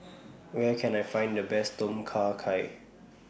Where Can I Find The Best Tom Kha Gai